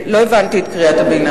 לא הבנתי את קריאת הביניים.